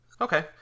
Okay